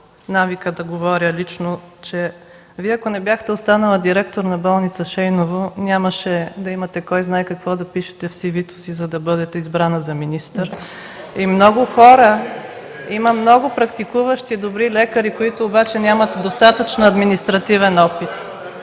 навика да говоря лично – ако Вие не бяхте останала директор на болница „Шейново”, нямаше да имате кой знае какво да пишете в CV-то си, за да бъдете избрана за министър. (Оживление и шум отляво.) Има много хора, много практикуващи добри лекари, които обаче нямат достатъчно административен опит.